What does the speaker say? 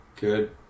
good